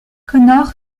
connor